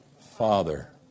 Father